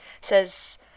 says